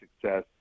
success